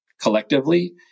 collectively